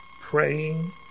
praying